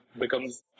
becomes